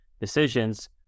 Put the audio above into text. decisions